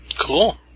Cool